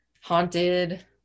haunted